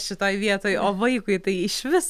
šitoj vietoj o vaikui tai išvis